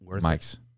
Mike's